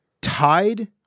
tied